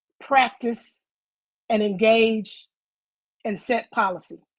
practice and engage and set policy.